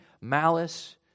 malice